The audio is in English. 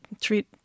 treat